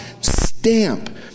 stamp